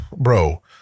Bro